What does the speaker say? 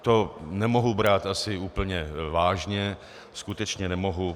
To nemohu brát asi úplně vážně, skutečně nemohu.